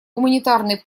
гуманитарной